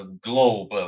globe